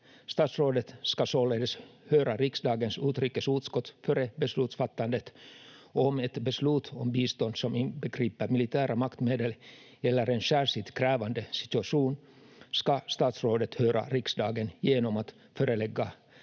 Statsrådet ska således höra riksdagens utrikesutskott före beslutsfattandet, och om ett beslut om bistånd som inbegriper militära maktmedel gäller en särskilt krävande situation, ska statsrådet höra riksdagen genom att förelägga